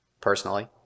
personally